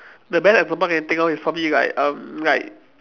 the best example I can think of is probably like um like